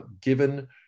given